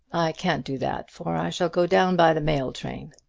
can't do that, for i shall go down by the mail train.